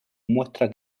muestra